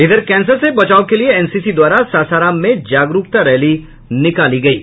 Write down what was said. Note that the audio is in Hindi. इधर कैंसर से बचाव के लिये एनसीसी द्वारा सासाराम में जागरूकता रैली निकाली गयी